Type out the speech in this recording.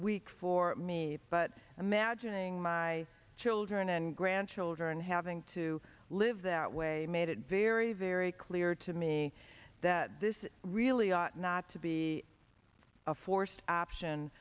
week for me but imagining my children and grandchildren having to live that way made it very very clear to me that this really ought not to be a forced option